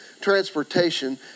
transportation